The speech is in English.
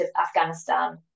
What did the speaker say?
Afghanistan